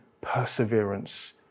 perseverance